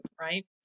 right